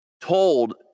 told